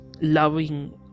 loving